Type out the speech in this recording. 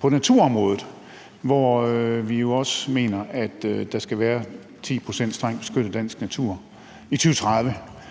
på naturområdet, hvor vi jo også mener, at der skal være 10 pct. strengt beskyttet dansk natur i 2030,